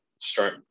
start